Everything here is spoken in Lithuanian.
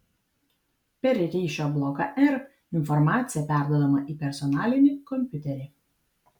per ryšio bloką r informacija perduodama į personalinį kompiuterį